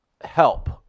help